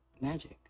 magic